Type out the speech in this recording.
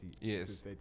yes